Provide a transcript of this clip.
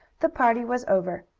the party was over.